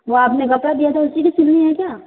वो आपने कपड़ा दिया था उसी में सिलनी है क्या